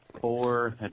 four